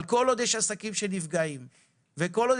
כל עוד יש עסקים שנפגעים ונסגרים,